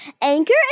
Anchor